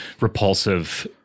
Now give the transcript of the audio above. repulsive